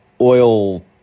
oil